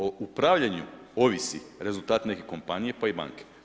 O upravljanju ovisi rezultati neke kompanije pa i banke.